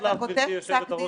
כשאתה כותב פסק דין,